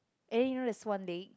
and you know there's one day